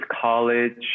college